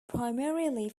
primarily